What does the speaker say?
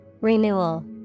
Renewal